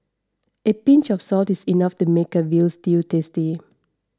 a pinch of salt is enough to make a Veal Stew tasty